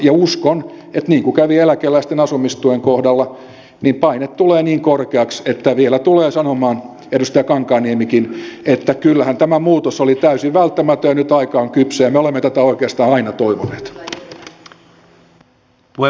ja uskon että niin kuin kävi eläkeläisten asumistuen kohdalla paine tulee niin korkeaksi että vielä tulee sanomaan edustaja kankaanniemikin että kyllähän tämä muutos oli täysin välttämätön nyt aika on kypsä ja me olemme tätä oikeastaan aina toivoneet